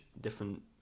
different